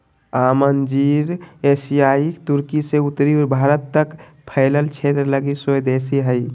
आम अंजीर एशियाई तुर्की से उत्तरी भारत तक फैलल क्षेत्र लगी स्वदेशी हइ